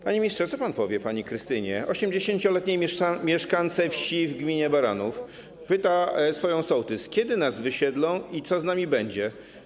Panie ministrze, co pan powie pani Krystynie, 80-letniej mieszkance wsi w gminie Baranów, która pyta swoją sołtys: Kiedy nas wysiedlą i co z nami będzie?